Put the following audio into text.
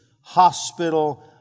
hospital